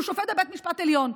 שהוא שופט בבית משפט עליון.